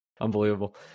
Unbelievable